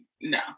no